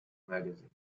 magazine